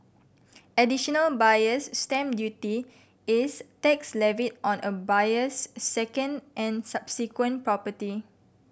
Additional Buyer's Stamp Duty is tax levied on a buyer's second and subsequent property